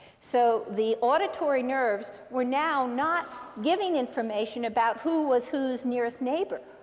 so the auditory nerves were now not giving information about who was whose nearest neighbor.